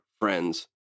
Friends